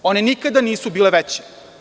One nikada nisu bile veće.